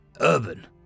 Urban